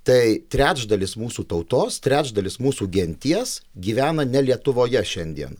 tai trečdalis mūsų tautos trečdalis mūsų genties gyvena ne lietuvoje šiandien